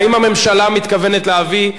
האם הממשלה מתכוונת להביא,